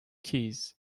keys